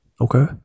okay